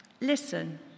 Listen